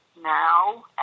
now